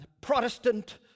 Protestant